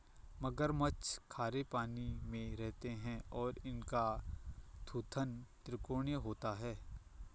मगरमच्छ खारे पानी में रहते हैं और इनका थूथन त्रिकोणीय होता है